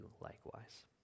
likewise